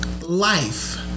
life